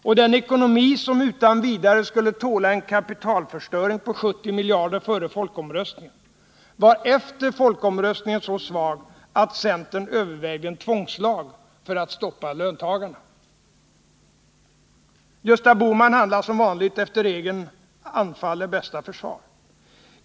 Och den ekonomi som utan vidare skulle tåla en kapitalförstöring på 70 miljarder före folkomröstningen var efter folkomröstningen så svag att centern övervägde en tvångslag för att stoppa löntagarna. Gösta Bohman handlar som vanligt efter regeln ”anfall är bästa försvar”.